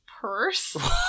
purse